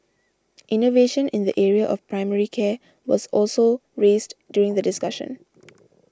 innovation in the area of primary care was also raised during the discussion